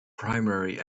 primary